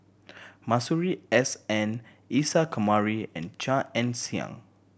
Masuri S N Isa Kamari and Chia Ann Siang